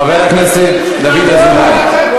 חבר הכנסת דוד אזולאי.